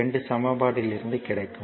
2 சமன்பாட்டிலிருந்து கிடைக்கும்